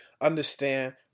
understand